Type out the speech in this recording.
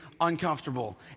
uncomfortable